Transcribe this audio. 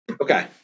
Okay